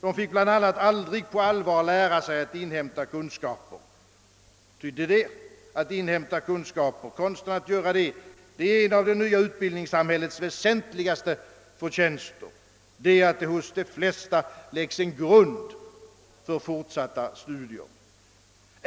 De fick bl.a. aldrig på allvar lära sig konsten att inhämta kunskaper. En av det nya utbildningssamhällets väsentligaste förtjänster är att det hos de flesta lägger en grund för fortsatta studier.